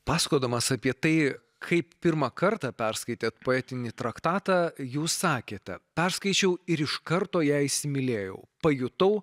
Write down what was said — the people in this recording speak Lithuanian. pasakodamas apie tai kaip pirmą kartą perskaitėt poetinį traktatą jūs sakėte perskaičiau ir iš karto ją įsimylėjau pajutau